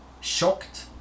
shocked